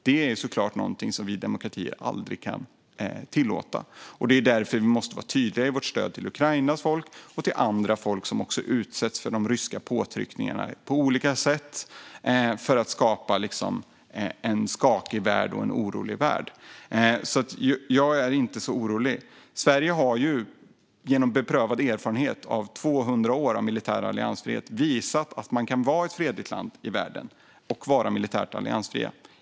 Det är såklart något som vi demokratier aldrig kan tillåta, och det är därför vi måste vara tydliga i vårt stöd till Ukrainas folk och till andra folk som på olika sätt utsätts för ryska påtryckningar för att skapa en skakig och orolig värld. Jag är inte så orolig. Sverige har ju genom beprövad erfarenhet av 200 år av militär alliansfrihet visat att man kan vara ett fredligt land i världen och vara militärt alliansfri.